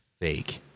fake